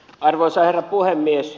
arvoisa herra puhemies